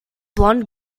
blonde